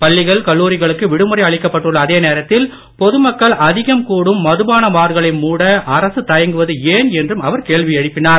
பள்ளிகள் கல்லூரிகளுக்கு விடுமுறை அளிக்கப்பட்டுள்ள அதேநேரத்தில் பொதுமக்கள் அதிகம் கூடும் மதுபான பார்களை மூட அரசு தயங்குவது ஏன் என்றும் அவர் கேள்வி எழுப்பினார்